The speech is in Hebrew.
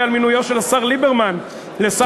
על מינויו של השר ליברמן לשר החוץ.